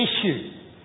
issue